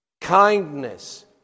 kindness